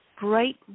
bright